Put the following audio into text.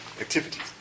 activities